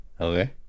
Okay